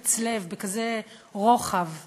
חפץ לב, בכזה רוחב לב,